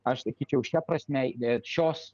aš sakyčiau šia prasme bet šios